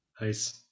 Nice